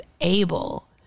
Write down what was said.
able